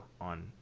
on